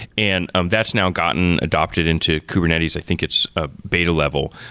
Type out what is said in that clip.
and um that's now gotten adopted into kubernetes. i think it's a beta level.